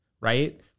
right